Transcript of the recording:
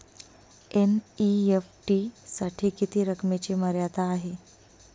NEFT साठी किती रकमेची मर्यादा आहे?